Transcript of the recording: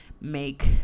make